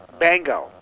bango